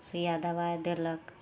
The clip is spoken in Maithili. सुइआ दबाइ देलक